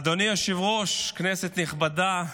אדוני היושב-ראש, כנסת נכבדה,